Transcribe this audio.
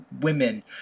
women